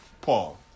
Paul